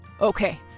Okay